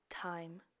Time